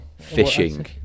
Fishing